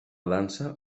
dansa